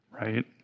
right